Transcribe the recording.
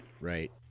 Right